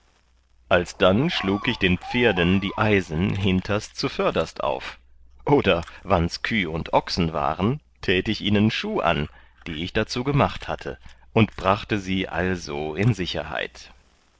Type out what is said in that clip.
alsdann schlug ich den pferden die eisen hinterst zuvörderst auf oder wanns küh und ochsen waren tät ich ihnen schuh an die ich dazu gemacht hatte und brachte sie also in sicherheit